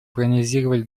проанализировали